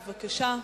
בבקשה.